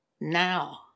now